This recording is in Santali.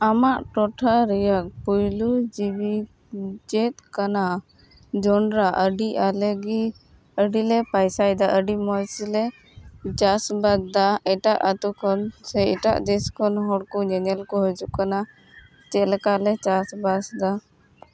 ᱟᱢᱟᱜ ᱴᱚᱴᱷᱟ ᱨᱮᱭᱟᱜ ᱯᱳᱭᱞᱳ ᱡᱤᱵᱤᱠ ᱪᱮᱫ ᱠᱟᱱᱟ ᱡᱚᱸᱰᱨᱟ ᱟᱹᱰᱤ ᱟᱞᱮᱜᱮ ᱟᱹᱰᱤᱞᱮ ᱯᱟᱭᱥᱟᱭ ᱫᱟ ᱟᱹᱰᱤ ᱢᱚᱡᱽᱞᱮ ᱪᱟᱥ ᱟᱵᱟᱫᱽ ᱫᱟ ᱥᱮ ᱮᱴᱟᱜ ᱟᱛᱳ ᱠᱷᱚᱱ ᱥᱮ ᱮᱴᱟᱜ ᱫᱮᱥ ᱠᱷᱚᱱ ᱦᱚᱲᱠᱚ ᱧᱮᱧᱮᱞᱠᱚ ᱦᱤᱡᱩᱜ ᱠᱟᱱᱟ ᱪᱮᱫᱞᱮᱠᱟ ᱞᱮ ᱪᱟᱥ ᱵᱟᱥᱫᱟ